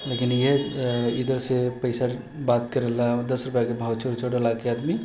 लेकिन इएह इधरसँ पइसा बात करैलए दस रुपैआके भाव छोट छोट कऽ देलक आदमी